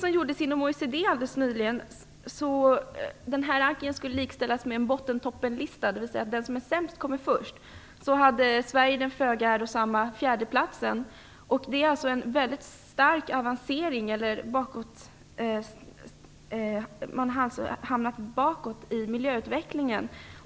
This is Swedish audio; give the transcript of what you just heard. OECD gjorde en rankning alldeles nyligen. Den skulle liknas med en botten-toppen-lista, dvs. den som är sämst kommer först. Sverige hade den föga ärofulla fjärdeplatsen. Det är en stor tillbakagång när det gäller miljöutvecklingen.